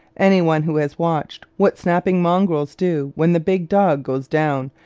any one who has watched what snapping mongrels do when the big dog goes down,